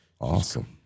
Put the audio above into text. Awesome